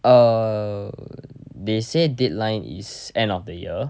uh they say deadline is end of the year